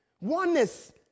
Oneness